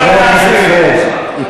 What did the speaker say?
חבר הכנסת פריג' כן.